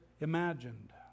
imagined